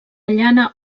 llana